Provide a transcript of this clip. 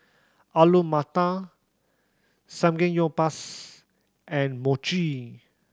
Alu Matar Samgeyopsal and Mochi